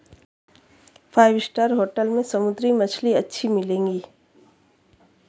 five star hotel में समुद्री मछली अच्छी मिलेंगी